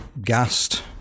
gassed